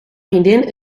vriendin